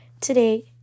Today